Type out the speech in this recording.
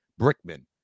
Brickman